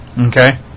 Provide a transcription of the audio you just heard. Okay